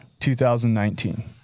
2019